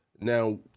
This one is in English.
Now